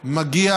מגיע